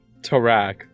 Tarak